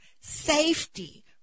safety